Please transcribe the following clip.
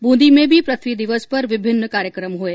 बूंदी में भी प्रथ्वी दिवस पर विभिन्न कार्यक्रम हये